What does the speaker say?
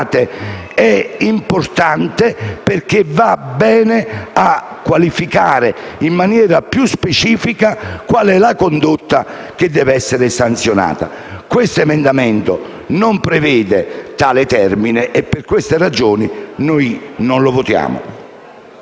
è importante, perché qualifica in maniera più specifica la condotta che deve essere sanzionata. L'emendamento non prevede tale termine e per queste ragioni noi voteremo